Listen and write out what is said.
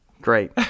Great